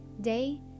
Day